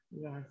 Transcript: yes